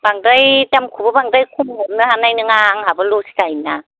बांद्राय दामखौबो बांद्राय खम हरनो हानाय नङा आंहाबो लस जायोना